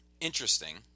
interesting